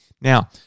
Now